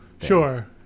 Sure